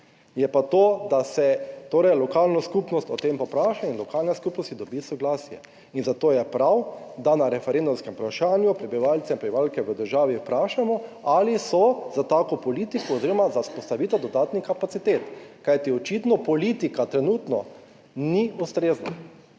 je pa to, da se, torej lokalna skupnost o tem povpraša in lokalna skupnost dobi soglasje in zato je prav, da na referendumskem vprašanju prebivalce in prebivalke v državi vprašamo ali so za tako politiko oziroma za vzpostavitev dodatnih kapacitet, kajti očitno politika trenutno ni ustrezna.